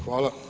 Hvala.